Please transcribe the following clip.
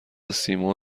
سیمرغ